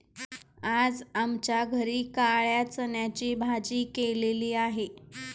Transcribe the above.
आज आमच्या घरी काळ्या चण्याची भाजी केलेली आहे